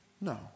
No